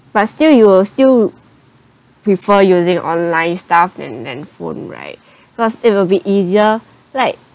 but still you'll still prefer using online stuff and then phone right because it will be easier like